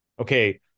okay